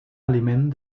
aliment